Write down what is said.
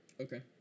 Okay